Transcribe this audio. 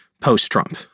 post-Trump